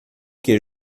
que